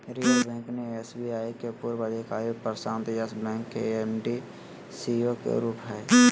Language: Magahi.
रिजर्व बैंक ने एस.बी.आई के पूर्व अधिकारी प्रशांत यस बैंक के एम.डी, सी.ई.ओ रूप हइ